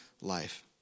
life